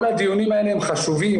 כל הדיונים האלה הם חשובים,